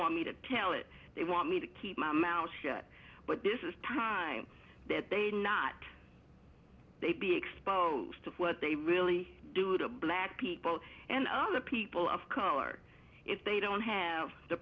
want me to tell it they want me to keep my mouth shut but this is time that they not they be exposed to what they really do to black people and other people of color if they don't have the